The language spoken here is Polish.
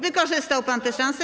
Wykorzystał pan tę szansę.